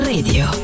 Radio